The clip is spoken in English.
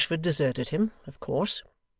gashford deserted him, of course.